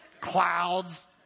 clouds